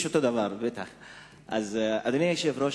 אדוני היושב-ראש,